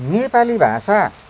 नेपाली भाषा